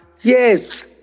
yes